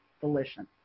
volition